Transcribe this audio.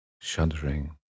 shuddering